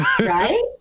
Right